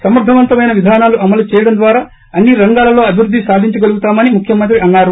సమర్గవంతమైన విధానాలు అమలు చేయడం ద్వారా అన్ని రంగాలలో అభివృద్ది సాధించగలుతామని ముఖ్యమంత్రి అన్నారు